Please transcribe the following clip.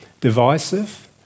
divisive